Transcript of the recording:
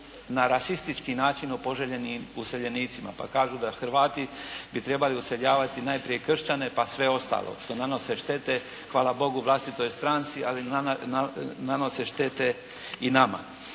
na rasistički način o poželjenim useljenicima, pa kažu da Hrvati bi trebali useljavati najprije kršćane, pa sve ostalo, što nanose štete hvala Bogu vlastitoj stranci, ali nanose štete i nama.